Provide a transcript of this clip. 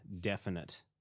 definite